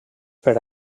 per